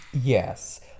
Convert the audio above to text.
yes